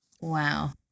Wow